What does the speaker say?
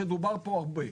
שדובר פה הרבה,